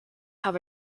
have